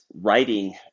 writing